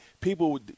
people